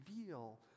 reveal